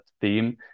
theme